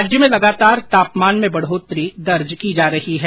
प्रदेश में लगातार तापमान में बढ़ोतरी दर्ज की जा रही है